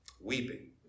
Weeping